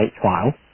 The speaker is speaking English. trial